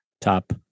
top